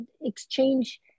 exchange